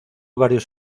varios